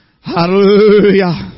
Hallelujah